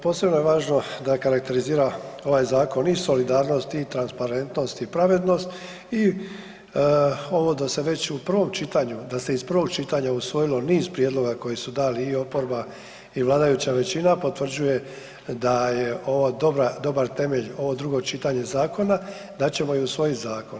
Posebno je važno da karakterizira ovaj zakon i solidarnost i transparentnost i pravednost i ovo da se već u prvom čitanju, da se iz prvog čitanja usvojilo niz prijedloga koji su dala i oporba i vladajuća većina, potvrđuje da je ovo dobar temelj, ovo drugo čitanje zakona, da ćemo i usvojit zakon.